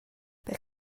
per